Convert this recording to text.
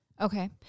Okay